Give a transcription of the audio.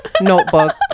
notebook